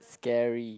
scary